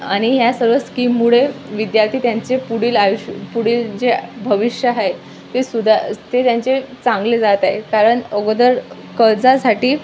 आणि ह्या सर्व स्कीममुळे विद्यार्थी त्यांचे पुढील आयुष्य पुढील जे भविष्य आहे ते सुद्धा ते त्यांचे चांगले जात आहे कारण अगोदर कर्जासाठी